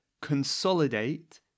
consolidate